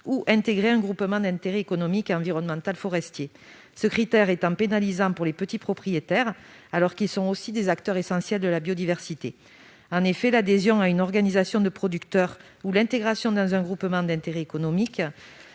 ou intégrer un groupement d'intérêt économique et environnemental forestier, ce critère étant pénalisant pour les petits propriétaires, qui sont aussi des acteurs essentiels de la biodiversité. En effet, l'adhésion à une organisation de producteurs ou l'intégration dans un groupement d'intérêt économique